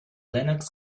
linux